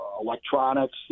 electronics